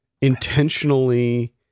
intentionally